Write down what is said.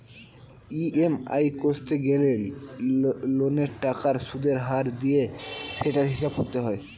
EMI কষতে গেলে লোনের টাকার সুদের হার দিয়ে সেটার হিসাব করতে হয়